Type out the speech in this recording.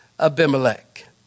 Abimelech